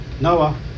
Noah